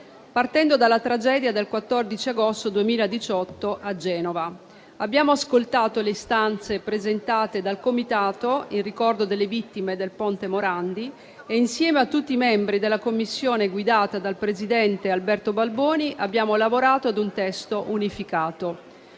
partendo dalla tragedia del 14 agosto 2018 a Genova. Abbiamo ascoltato le istanze presentate dal Comitato in ricordo delle vittime del Ponte Morandi e, insieme a tutti i membri della Commissione guidata dal presidente Alberto Balboni, abbiamo lavorato a un testo unificato.